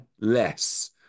less